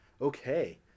Okay